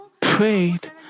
prayed